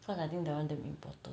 cause I think that one damn important